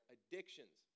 Addictions